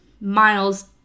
Miles